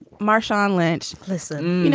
marshawn lynch. listen, you know